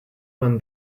when